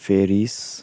Paris